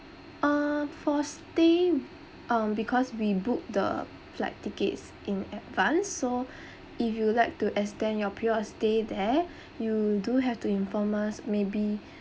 uh for stay um because we book the flight tickets in advance so if you would like to extend your period of stay there you do have to inform us maybe